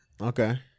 Okay